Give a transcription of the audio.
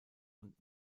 und